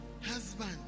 husband